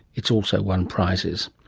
it's also won prizes.